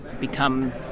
become